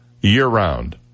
year-round